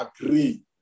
agree